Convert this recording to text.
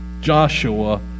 Joshua